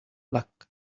lack